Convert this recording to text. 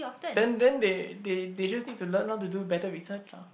then then they they they just need to learn how to do better research lah